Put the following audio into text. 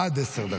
עד עשר דקות.